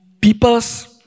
people's